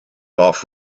off